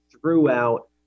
throughout